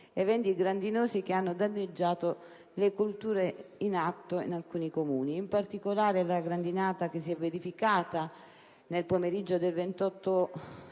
eventi grandinosi che hanno danneggiato le colture in atto in alcuni Comuni. In particolare, la grandinata che si è verificata nel pomeriggio del 28